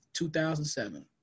2007